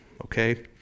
okay